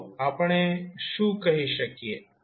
તો આપણે શું કહી શકીએ